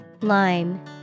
Line